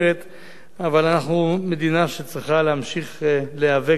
אבל אנחנו מדינה שצריכה להמשיך להיאבק על שוויון מלא,